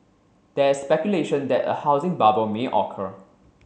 there is speculation that a housing bubble may occur